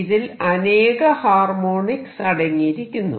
ഇതിൽ അനേക ഹാർമോണിക്സ് അടങ്ങിയിരിക്കുന്നു